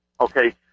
okay